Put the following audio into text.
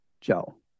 Joe